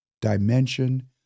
dimension